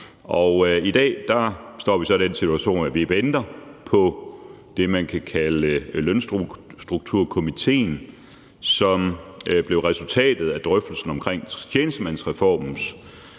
i dag står vi så i den situation, at vi venter på Lønstrukturkomitéen, som blev resultatet af drøftelsen omkring tjenestemandsreformens